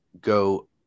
go